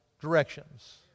directions